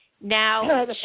now